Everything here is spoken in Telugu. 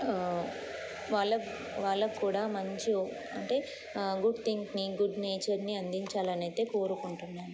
వాళ్ళ వాళ్ళ కూడా మంచి అంటే గుడ్ థింక్ని గుడ్ నేచర్ని అందించాలనైతే కోరుకుంటున్నాను